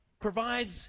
provides